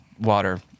water